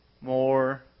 more